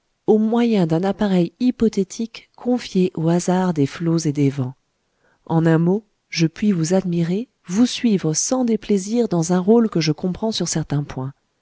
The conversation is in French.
au moyen d'un appareil hypothétique confié au hasard des flots et des vents en un mot je puis vous admirer vous suivre sans déplaisir dans un rôle que je comprends sur certains points